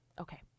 okay